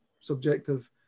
subjective